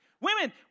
Women